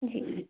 जी